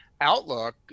outlook